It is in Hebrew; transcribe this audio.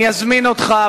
אני אזמין אותך,